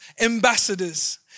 ambassadors